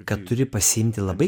kad turi pasiimti labai